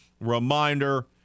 Reminder